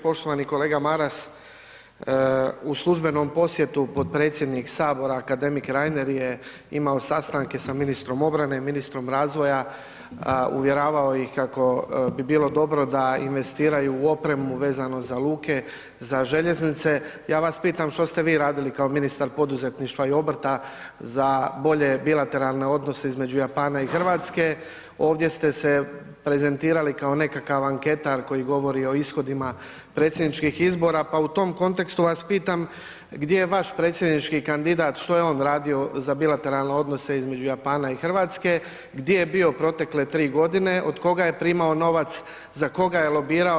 Poštovani kolega Maras, u službenom posjetu potpredsjednik sabora akademik Reiner je imao sastanke sa ministrom obrane i ministrom razvoja, uvjeravao ih kako bi bilo dobro da investiraju u opremu vezano za luke, za željeznice, ja vas pitam što ste vi radili kao ministar poduzetništva i obrta za bolje bilateralne odnose između Japana i Hrvatske, ovdje ste se prezentirali kao nekakav ankentar koji govori o ishodima predsjedničkih izbora, pa u tom kontekstu vas pitam gdje je vaš predsjednički kandidat, što je on radio za bilateralne odnose između Japana i Hrvatske, gdje je bio protekle tri godine, od koga je primao novac, za koja je lobirao?